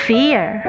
Fear